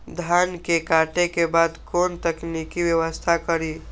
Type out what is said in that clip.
धान के काटे के बाद कोन तकनीकी व्यवस्था करी?